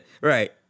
Right